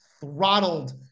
throttled –